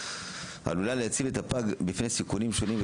העלולה להציב את הפג בפני סיכונים שונים,